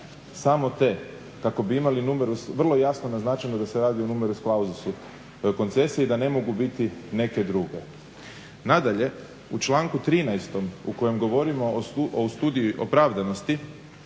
samo te kako bi imali vrlo jasno naznačeno da se radi o numerus klauzusu koncesije i da ne mogu biti neke druge. Nadalje, u članku 13. u kojem govorimo o Studiji opravdanosti